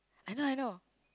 I know I know